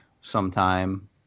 sometime